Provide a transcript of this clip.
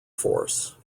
force